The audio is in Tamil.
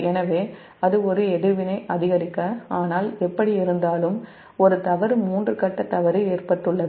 எனவே அது ஒரு எதிர்வினை அதிகரிக்க ஆனால் எப்படியிருந்தாலும் பஸ் 1 இலிருந்து சிறிது தொலைவில் ஒரு தவறு மூன்று கட்ட தவறு ஏற்பட்டுள்ளது